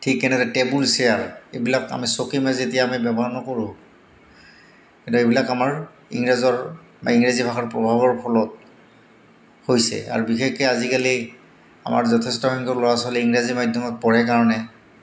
ঠিক তেনেকৈ table chair এইবিলাক আমি চকী মেজ এতিয়া আমি ব্যৱহাৰ নকৰোঁ কিন্তু এইবিলাক আমাৰ ইংৰাজৰ বা ইংৰাজী ভাষাৰ প্ৰভাৱৰ ফলত হৈছে আৰু বিশেষকৈ আজিকালি আমাৰ যথেষ্ট সংখ্যক ল'ৰা ছোৱালী ইংৰাজী মাধ্যমত পঢ়ে কাৰণে